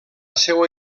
seua